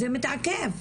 זה מתעכב.